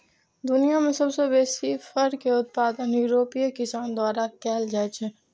दुनिया मे सबसं बेसी फर के उत्पादन यूरोपीय किसान द्वारा कैल जाइ छै